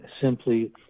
simply